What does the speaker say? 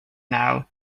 now